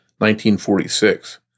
1946